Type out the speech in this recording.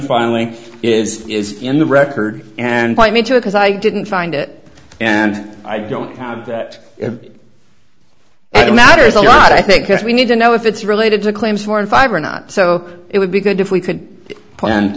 finally is is in the record and by me to because i didn't find it and i don't count that it matters a lot i think because we need to know if it's related to claims four and five or not so it would be good if we could pla